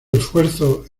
esfuerzos